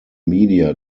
media